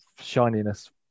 shininess